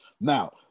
Now